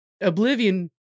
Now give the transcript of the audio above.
Oblivion